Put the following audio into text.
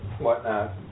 whatnot